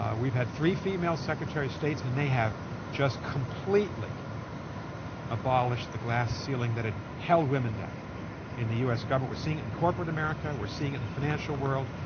um we've had three female secretary of states, and they have just completely abolished the glass ceiling that had held women down in the us government. we're seeing it in corporate america. we're seeing it in the financial world.